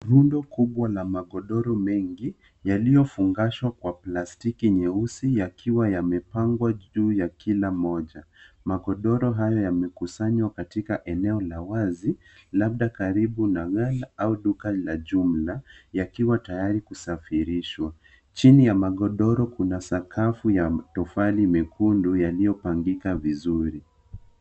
Rundo kubwa la magodoro mengi yaliyofungashwa kwa plastiki nyeusi yakiwa yamepangwa juu ya kila moja. Magodoro hayo yamekusanywa katika eneo la wazi labda karibu na rola au duka la jumla yakiwa tayari kusafirishwa. Chini ya magodoro kuna sakafu ya matofali mekundu yaliyopangika vizuri.